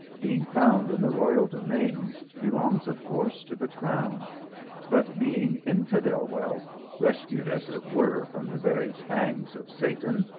being found in the royal domains, belongs of course to the crown but being infidel wealth, rescued, as it were, from the very fangs of satan,